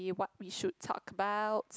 ya what we should talk about